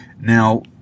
Now